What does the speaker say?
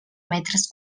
metres